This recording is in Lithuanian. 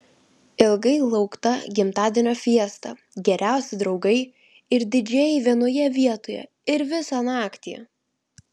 ilgai laukta gimtadienio fiesta geriausi draugai ir didžėjai vienoje vietoje ir visą naktį